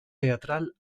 teatral